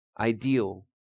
ideal